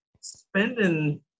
spending